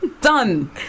Done